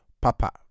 Papa